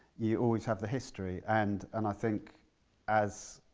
you always have the history and and i think as